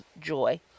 Joy